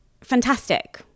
fantastic